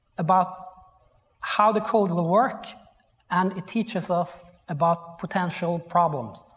about how to code the work and it teaches us about potential problems.